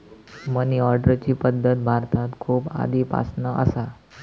मनी ऑर्डरची पद्धत भारतात खूप आधीपासना असा